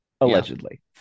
Allegedly